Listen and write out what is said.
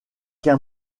qu’un